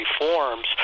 reforms